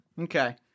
okay